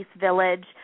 Village